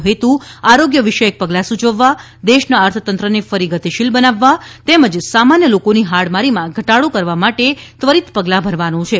તેનો હેતુ આરોગ્ય વિષયક પગલા સૂચવવા દેશના અર્થતંત્રને ફરી ગતિશીલ બનાવવા તેમજ સામાન્ય લોકોની હાડમારીમાં ઘટાડો કરવા માટે ત્વરિત પગલા ભરવાનો છે